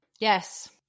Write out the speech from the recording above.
Yes